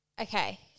Okay